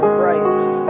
Christ